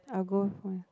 I'll go